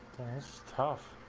as tough